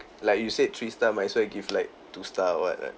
like you said three star might as well give like two star or what what